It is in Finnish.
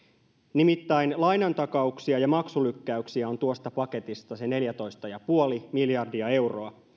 nimittäin lainantakauksia ja maksulykkäyksiä on tuosta paketista se neljätoista pilkku viisi miljardia euroa